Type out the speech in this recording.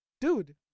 dude